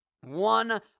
one